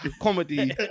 comedy